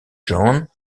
john